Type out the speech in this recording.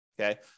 Okay